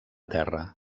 terra